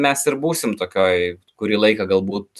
mes ir būsim tokioje kurį laiką galbūt